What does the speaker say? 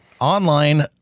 online